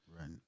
Right